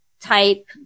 type